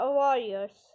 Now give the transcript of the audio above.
warriors